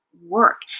work